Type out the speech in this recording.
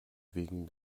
wegen